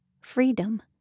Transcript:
freedom